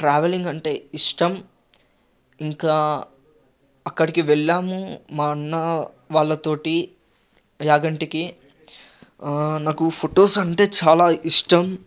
travelling అంటే ఇష్టం ఇంకా అక్కడికి వెళ్ళాము మా అన్న వాళ్ళతోటి యాగంటికీ నాకు ఫొటోస్ అంటే చాలా ఇష్టం